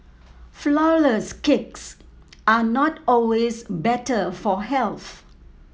flourless cakes are not always better for health